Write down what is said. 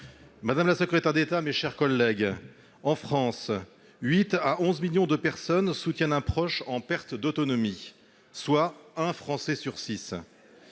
Madame la secrétaire d'État, en France, de 8 à 11 millions de personnes soutiennent un proche en perte d'autonomie, soit un Français sur